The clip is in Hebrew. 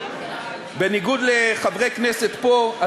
בניגוד לחברי כנסת פה,